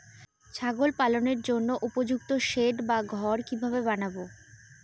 ছাগল পালনের জন্য উপযুক্ত সেড বা ঘর কিভাবে বানাবো?